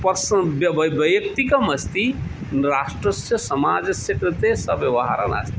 person वैयक्तिकमस्ति राष्ट्रस्य समाजस्य कृते सः व्यवहारः नास्ति